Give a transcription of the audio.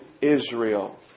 Israel